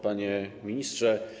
Panie Ministrze!